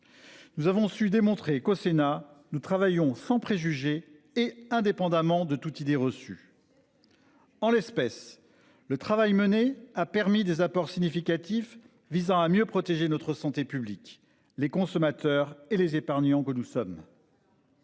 Nous avons su démontrer qu'au Sénat nous travaillons sans préjugés et indépendamment de toutes idées reçues. En l'espèce le travail mené a permis des apports significatifs visant à mieux protéger notre santé publique les consommateurs et les épargnants que nous sommes.